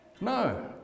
No